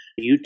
YouTube